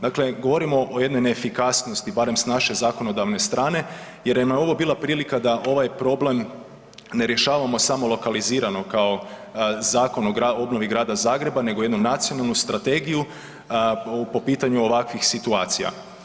Dakle govorimo o jednoj neefikasnosti barem s naše zakonodavne strane jer je ovo bila prilika da ovaj problem ne rješavamo samo lokalizirano kao Zakon o obnovi Grada Zagreba nego jednu nacionalnu strategiju po pitanju ovakvih situacija.